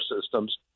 systems